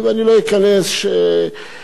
האם כל דבר הוא ביטחוני?